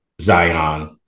Zion